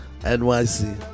nyc